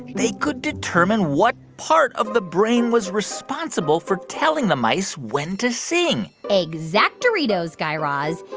they could determine what part of the brain was responsible for telling the mice when to sing exactoritos, guy raz.